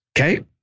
Okay